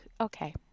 Okay